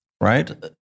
right